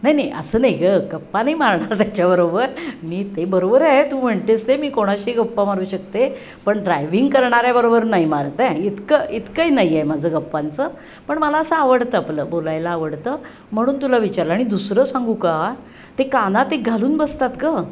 नाही नाही असं नाही गं गप्पा नाही मारणार त्याच्याबरोबर मी ते बरोबर आहे तू म्हणतेस ते मी कोणाशी गप्पा मारू शकते पण ड्रायविंग करणाऱ्या बरोबर नाही मारत इतकं इतकंही नाही आहे माझं गप्पांचं पण मला असं आवडतं आपलं बोलायला आवडतं म्हणून तुला विचारलं आणि दुसरं सांगू का ते कानात ते घालून बसतात ग